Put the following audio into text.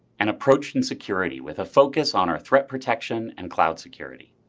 and approached and security with a focus on our threat protection and cloud security.